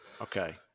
Okay